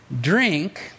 Drink